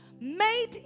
made